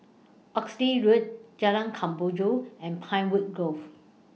Oxley Road Jalan Kemboja and Pinewood Grove